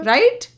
Right